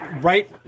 right